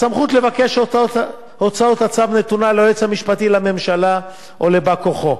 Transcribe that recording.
הסמכות לבקש הוצאת הצו נתונה ליועץ המשפטי לממשלה או לבא כוחו,